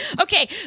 Okay